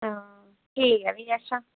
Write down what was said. हां ठीक ऐ फ्ही अच्छा